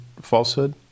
falsehood